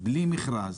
בלי מכרז,